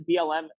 BLM